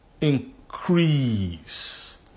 increase